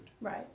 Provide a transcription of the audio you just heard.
Right